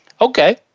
Okay